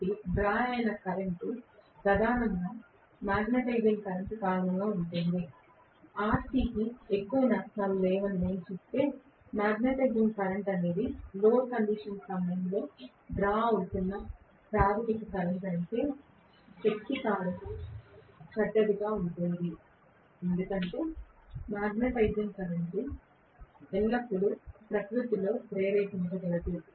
కాబట్టి డ్రా అయిన కరెంట్ ప్రధానంగా మాగ్నెటైజింగ్ కరెంట్ కారణంగా ఉంది RC కి ఎక్కువ నష్టాలు లేవని నేను చెబితే మాగ్నెటైజింగ్ కరెంట్ అనేది లోడ్ కండిషన్ సమయంలో డ్రా అవుతున్న ప్రాధమిక కరెంట్ అయితే శక్తి కారకం చెడ్డదిగా ఉంటుంది ఎందుకంటే మాగ్నెటైజింగ్ కరెంట్ ఎల్లప్పుడూ ప్రకృతిలో ప్రేరేపించగలదు